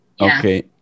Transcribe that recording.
Okay